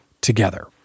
together